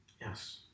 Yes